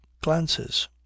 glances